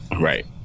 Right